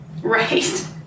Right